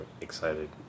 excited